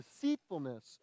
deceitfulness